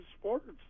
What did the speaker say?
sports